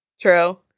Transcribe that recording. True